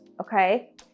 okay